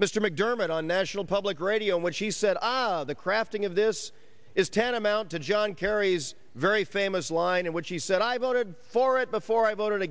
mr macdermot on national public radio in which he said ah the crafting of this is tantamount to john kerry's very famous line in which he said i voted for it before i voted